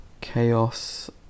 chaos